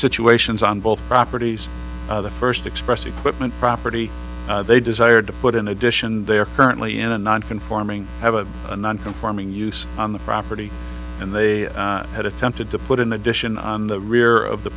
situations on both properties the first express equipment property they desired to put in addition they are currently in a non conforming have a non conforming use on the property and they had attempted to put in addition on the rear of the